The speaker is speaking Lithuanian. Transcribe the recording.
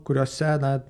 kuriose na